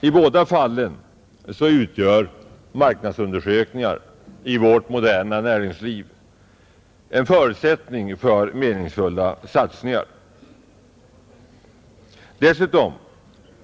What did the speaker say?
I båda fallen utgör marknadsundersökningar i vårt moderna näringsliv en förutsättning för meningsfulla satsningar.